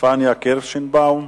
פניה קירשנבאום.